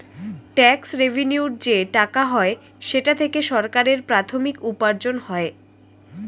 tax রেভেন্যুর যে টাকা হয় সেটা থেকে সরকারের প্রাথমিক উপার্জন হয়